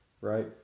right